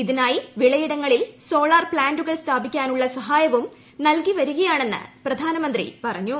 ഇതിനായി വിളയിടങ്ങളിൽ സോളാർ പ്താന്റുകൾ സ്ഥാപിക്കാനുള്ള സൃഷായ്പ്പും നൽകിവരികയാണെന്ന് പ്രധാനമന്ത്രി പറഞ്ഞു